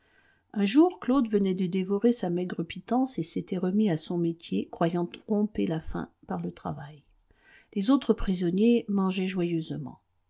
un jour claude venait de dévorer sa maigre pitance et s'était remis à son métier croyant tromper la faim par le travail les autres prisonniers mangeaient joyeusement